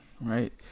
right